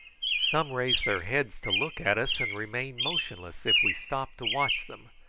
some raised their heads to look at us, and remained motionless if we stopped to watch them,